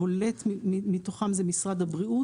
הבולט מתוכם זה משרד הבריאות,